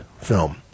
film